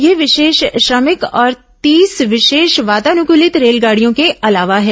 ये विशेष श्रमिक और तीस विशेष वातानुकलित रेलगाड़ियों के अलावा हैं